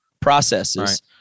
processes